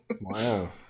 wow